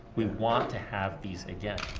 we want to have these again.